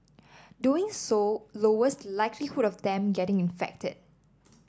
doing so lowers likelihood of them getting infected